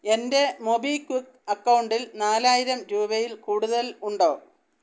എൻ്റെ മൊബിക്വിക്ക് അക്കൗണ്ടിൽ നാലായിരം രൂപയിൽ കൂടുതൽ ഉണ്ടോ